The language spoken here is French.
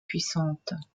puissantes